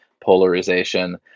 polarization